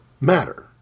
matter